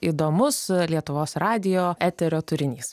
įdomus lietuvos radijo eterio turinys